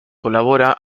colabora